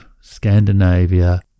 Scandinavia